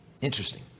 Interesting